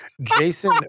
Jason